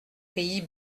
pays